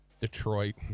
Detroit